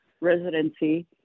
residency